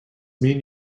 mean